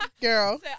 Girl